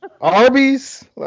Arby's